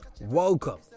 welcome